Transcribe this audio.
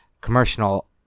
Commercial